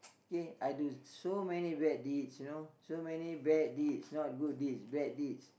ya I do so many bad deeds you know so many bad deeds not good deeds bad deeds